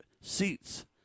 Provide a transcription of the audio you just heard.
seats